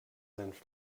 senf